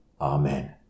Amen